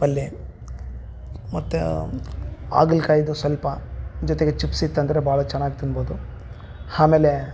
ಪಲ್ಯೆ ಮತ್ತು ಹಾಗಲ್ಕಾಯ್ದು ಸ್ವಲ್ಪ ಜೊತೆಗೆ ಚಿಪ್ಸ್ ಇತ್ತಂದರೆ ಭಾಳ ಚೆನ್ನಾಗ್ ತಿನ್ಬೌದು ಆಮೇಲೆ